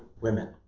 women